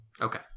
Okay